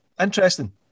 interesting